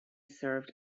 served